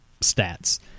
stats